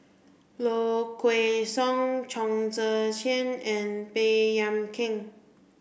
Low Kway Song Chong Tze Chien and Baey Yam Keng